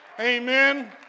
Amen